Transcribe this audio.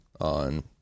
on